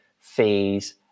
fees